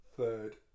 Third